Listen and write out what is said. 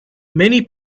many